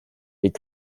est